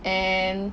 and